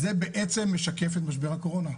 זה בעצם משקף את משבר הקורונה.